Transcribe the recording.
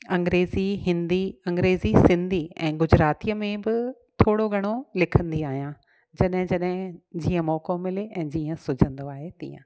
अंग्रेजी हिंदी अंग्रेजी सिंधी ऐं गुजरातीअ में बि थोरो घणो लिखंदी आहियां जॾहिं जॾहिं जीअं मौक़ो मिले ऐं जीअं सुझंदो आहे तीअं